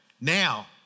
now